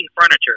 furniture